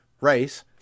race